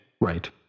Right